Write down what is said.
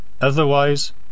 Otherwise